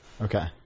Okay